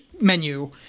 menu